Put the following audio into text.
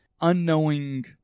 unknowing